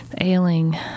ailing